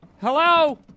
Hello